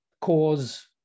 cause